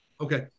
Okay